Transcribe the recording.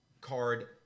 card